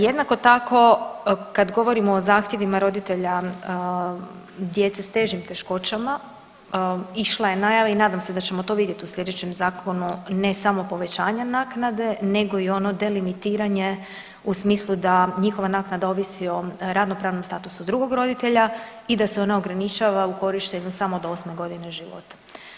Jednako tako kad govorimo o zahtjevima roditelja djece s težim teškoćama išla je najava i nadam se da ćemo to vidjet u slijedećem zakonu, ne samo povećanje naknade nego i ono delimitiranje u smislu da njihova naknada ovisi o radnopravnom statusu drugog roditelja i da se ona ograničava u korištenju samo do 8.g. života.